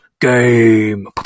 game